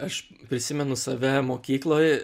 aš prisimenu save mokykloj